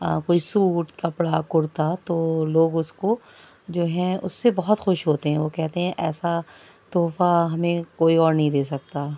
کوئی سوٹ کپڑا کرتہ تو لوگ اس کو جو ہے اس سے بہت خوش ہوتے ہیں وہ کہتے ہیں ایسا تحفہ ہمیں کوئی اور نہیں دے سکتا